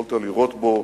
יכולת לראות בו